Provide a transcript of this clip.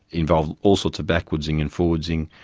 involved all sorts of backwardsing and forwardsing,